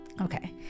okay